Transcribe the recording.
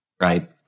right